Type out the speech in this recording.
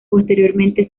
posteriormente